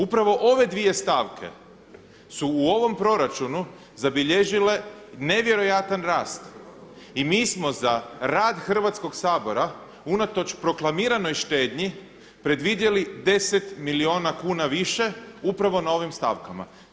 Upravo ove dvije stavke su u ovom proračunu zabilježile nevjerojatan rast i mi smo za rad Hrvatskog sabora unatoč proklamiranoj štednji predvidjeli 10 milijuna kuna više upravo na ovim stavkama.